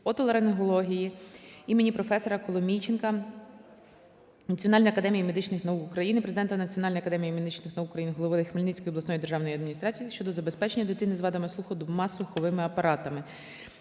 отоларингології імені професора Коломійченка Національної академії медичних наук України", Президента Національної академії медичних наук України, голови Хмельницької обласної державної адміністрації щодо забезпечення дитини з вадами слуху двома слуховими апаратами.